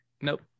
nope